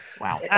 Wow